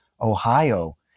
Ohio